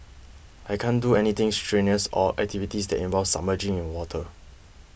I can't do anything strenuous or activities that involve submerging in water